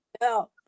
No